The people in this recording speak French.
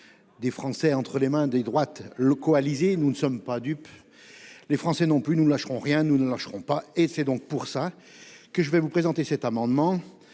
des Français entre les mains des droites coalisées. Nous ne sommes pas dupes ; les Français n'ont plus ! Nous ne lâcherons rien, nous ne lâcherons pas, c'est pour cela que je vous présente cet amendement.